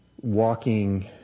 walking